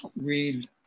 read